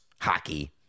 hockey